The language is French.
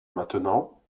maintenant